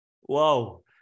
whoa